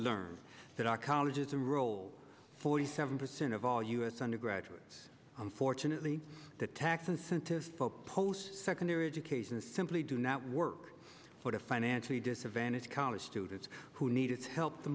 learn that our colleges and roll forty seven percent of all u s undergraduates unfortunately the tax incentives folks post secondary education a simply do not work for the financially disadvantaged college students who needed help the